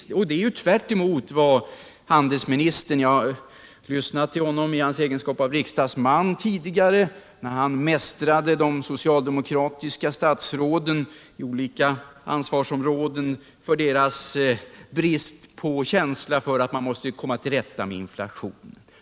Jag har lyssnat till handeslministern i hans egenskap av riksdagsman, när han mästrade de socialdemokratiska statsråden i olika ansvarsområden för deras brist på känsla för att man måste komma till rätta med inflationen.